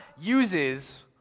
uses